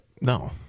No